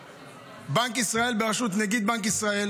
בנק ישראל בראשות נגיד בנק ישראל